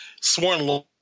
sworn